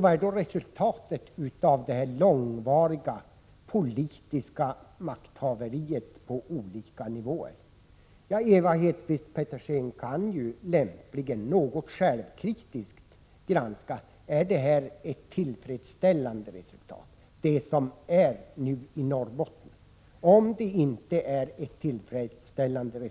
Vad är då resultatet av detta långvariga politiska makthavande på olika nivåer? Ja, Ewa Hedkvist Petersen kan lämpligen, något självkritiskt, granska om den nuvarande situationen i Norrbotten är tillfredsställande. Om resultatet inte är tillfredsställande,